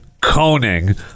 Coning